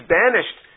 banished